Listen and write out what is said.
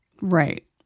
Right